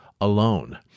alone